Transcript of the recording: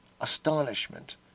astonishment